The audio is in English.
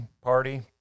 party